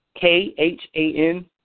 K-H-A-N